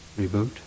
Reboot